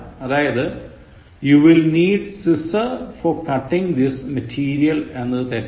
അതായത് You will need scissor for cutting this material എന്നത് തെറ്റാണ്